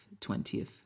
20th